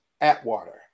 Atwater